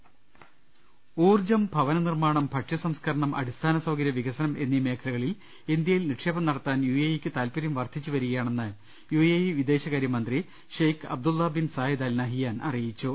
ള്ള ൽ ശ്ര ശ ഊൺജം ഭവ ന നിർമ്മാണം ഭക്ഷ്യ സം സ് ക രണം അടി സ്ഥാനസൌകര്യവികസനം എന്നീ മേഖലകളിൽ ഇന്ത്യയിൽ നിക്ഷേപം നടത്താൻ യു എ ഇ ക്ക് താല്പര്യം വർദ്ധിച്ചുവരികയാണെന്ന് യു എ ഇ വിദേശകാര്യ മന്ത്രി Sheikh Abdullah bin Zayed Al Nahyan അറിയിച്ചു